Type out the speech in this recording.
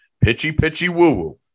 pitchy-pitchy-woo-woo